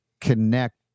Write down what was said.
connect